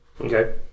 okay